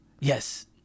Yes